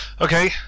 Okay